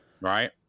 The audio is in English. Right